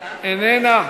איננה,